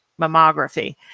mammography